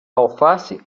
alface